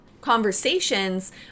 conversations